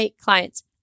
clients